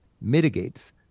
mitigates